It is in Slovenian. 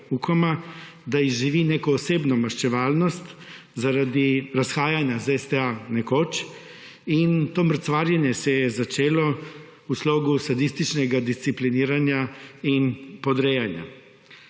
Ukoma, da izživi neko osebno maščevalnost zaradi razhajanja z STA nekoč. In to mrcvarjenje se je začelo v slogu sadističnega discipliniranja in podrejanja.